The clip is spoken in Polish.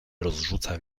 rozrzuca